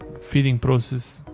feeding process.